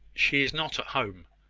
she is not at home.